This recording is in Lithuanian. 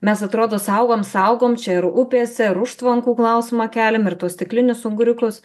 mes atrodo saugom saugom čia ir upėse ar užtvankų klausimą keliame ir tuos stiklinius unguriukus